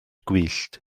gwyllt